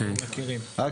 רק,